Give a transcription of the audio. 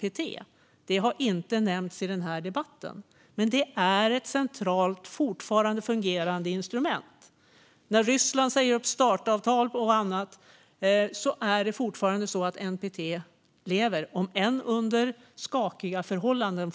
Detta har inte nämnts i debatten, men det är ett centralt, fortfarande fungerande instrument. När Ryssland säger upp Startavtalet och annat lever NPT fortfarande, om än under skakiga förhållanden.